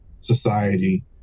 society